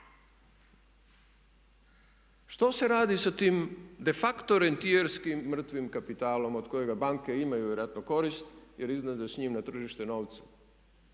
Što se radi sa tim de facto rentijerskim mrtvim kapitalom od kojeg banke imaju vjerojatno korist jer izlaze s njim na tržište novca.